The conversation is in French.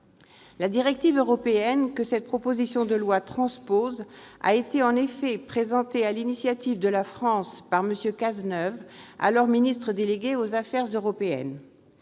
La directive européenne que cette proposition de loi transpose a été en effet présentée sur l'initiative de la France par M. Cazeneuve, alors ministre délégué aux affaires européennes.